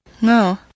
No